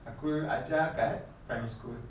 aku ajar dekat primary school